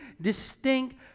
distinct